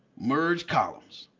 merge columns,